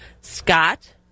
Scott